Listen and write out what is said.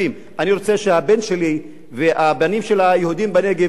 אני רוצה דו-קיום ולא קיום לצד אחד על חשבון הצד השני.